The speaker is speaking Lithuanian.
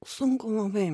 sunku labai